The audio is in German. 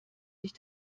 sich